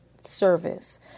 service